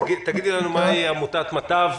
תגידי לנו מהי עמותת "מטב",